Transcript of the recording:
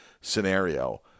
scenario